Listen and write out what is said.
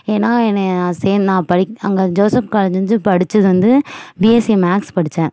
ஏன்னா என்னயை சேந் நான் படிக் அங்கே ஜோசப் காலேஜ்ல படிச்சது வந்து பிஎஸ்சி மேக்ஸ் படிச்சேன்